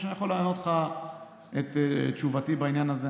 או שאני יכול לענות לך את תשובתי בעניין הזה.